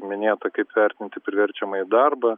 minėta kaip vertinti priverčiamąjį darbą